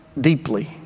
deeply